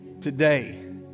Today